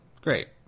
Great